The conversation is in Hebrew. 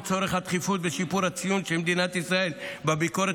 ולצורך הדחיפות בשיפור הציון של מדינת ישראל בביקורת